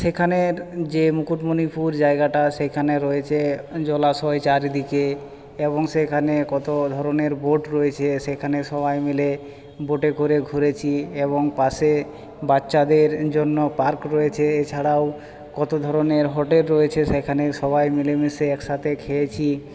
সেখানের যে মুকুটমণিপুর জায়গাটা সেখানে রয়েছে জলাশয় চারিদিকে এবং সেখানে কত ধরনের বোট রয়েছে সেখানে সবাই মিলে বোটে করে ঘুরেছি এবং পাশে বাচ্চাদের জন্য পার্ক রয়েছে এছাড়াও কত ধরনের হোটেল রয়েছে সেখানে সবাই মিলেমিশে একসাথে খেয়েছি